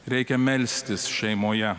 reikia melstis šeimoje